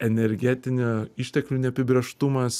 energetinio išteklių neapibrėžtumas